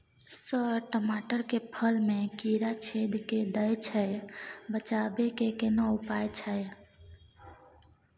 Sir टमाटर के फल में कीरा छेद के दैय छैय बचाबै के केना उपाय छैय?